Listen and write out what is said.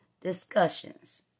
discussions